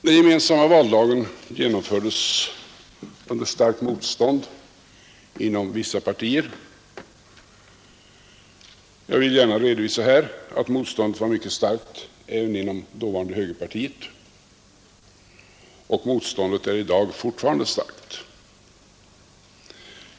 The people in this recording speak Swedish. Den gemensamma valdagen genomfördes under starkt motstånd inom vissa partier. Jag vill gärna redovisa här att motståndet var mycket starkt även inom dåvarande högerpartiet. Och motståndet är i dag fortfarande starkt.